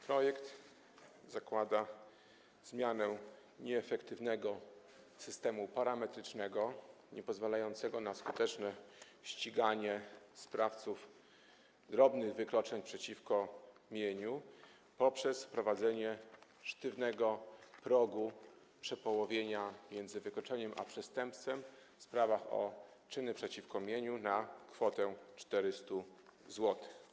Projekt zakłada zmianę nieefektywnego systemu parametrycznego, niepozwalającego na skuteczne ściganie sprawców drobnych wykroczeń przeciwko mieniu, poprzez wprowadzenie sztywnego progu przepołowienia między wykroczeniem a przestępstwem w sprawach o czyny przeciwko mieniu na kwotę 400 zł.